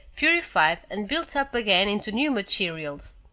purified and built up again into new materials.